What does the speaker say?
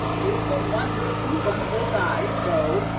you put one bloon front of this eye, so!